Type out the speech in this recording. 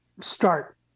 start